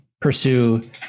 pursue